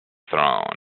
throne